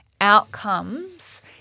outcomes